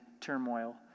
turmoil